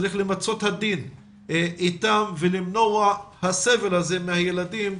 צריך למצות את הדין איתם ולמנוע את הסבל הזה מהילדים,